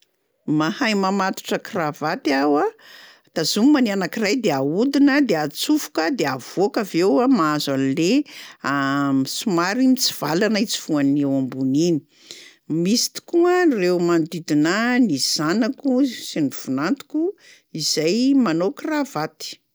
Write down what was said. Mahay mamatotra kravaty aho a, tazomina ny anankiray de ahodina de atsofoka de avoaka avy eo, mahazo an'le somary mitsivalana itsofohan'ny ao ambony iny, misy tokoa reo manodidina ahy ny zanako sy ny vinantoko izay manao kravaty.